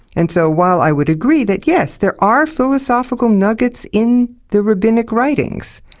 and so while i would agree that, yes, there are philosophical nuggets in the rabbinic writings,